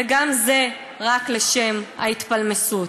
וגם זה רק לשם ההתפלמסות.